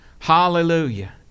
hallelujah